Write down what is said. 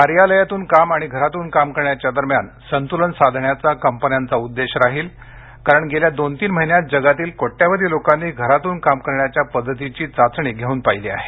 कार्यालयातून काम आणि घरातून काम करण्याच्या दरम्यान संतुलन साधण्याचा कंपन्यांचा उद्देश राहील कारण गेल्या दोन तीन महिन्यात जगातील कोट्यवधी लोकांनी घरातून काम करण्याच्या पद्धतीची चाचणी घेऊन पाहिली आहे